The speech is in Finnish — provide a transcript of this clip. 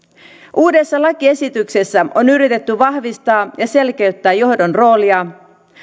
uudessa lakiesityksessä on yritetty vahvistaa ja selkeyttää johdon roolia